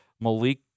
Malik